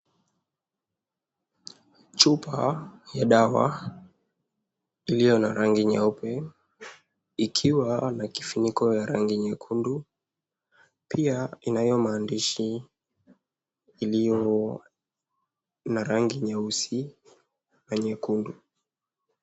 Chupa ya dawa iliyo na rangi nyeupe ikiwa na kifuniko ya rangi nyekundu, pia inayo maandishi iliyo na rangi nyeusi na nyekundu.